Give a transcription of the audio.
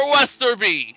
Westerby